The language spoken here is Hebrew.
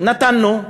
נתנו,